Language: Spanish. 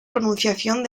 pronunciación